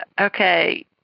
Okay